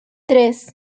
tres